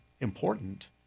important